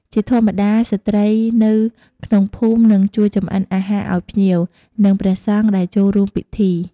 ជាធម្មតា ស្ត្រីនៅក្នុងភូមិ និងជួយចម្អិនអាហារឲ្យភ្ញៀវ និងព្រះសង្ឃដែលចូលរួមពិធី។